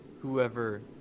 whoever